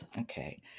Okay